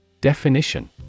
Definition